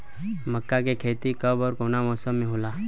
मका के खेती कब ओर कवना मौसम में होला?